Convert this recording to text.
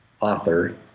author